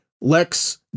Lex